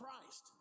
Christ